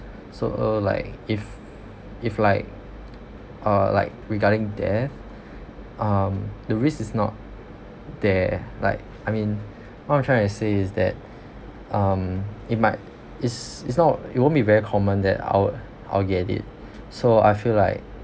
so err like if if like uh like regarding death um the risk is not there like I mean what i'm trying to say is that um it might is is not it won't be very common that i'll i'll get it so I feel like